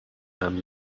man